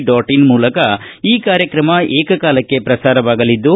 dot ಅನ್ ಮೂಲಕ ಈ ಕಾರ್ಯಕ್ರಮ ಏಕಕಾಲಕ್ಷೆ ಪ್ರಸಾರವಾಗಲಿದ್ದು